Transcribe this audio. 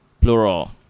plural